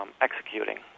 executing